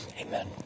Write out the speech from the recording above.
Amen